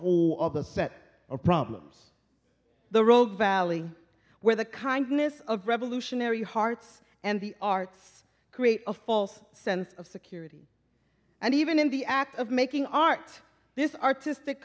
whole other set of problems the road valley where the kindness of revolutionary hearts and the arts create a false sense of security and even in the act of making art this artistic